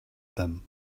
them